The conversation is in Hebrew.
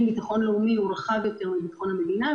"ביטחון לאומי" הוא רחב יותר מ"ביטחון המדינה",